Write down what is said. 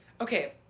Okay